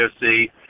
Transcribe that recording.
see